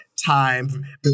time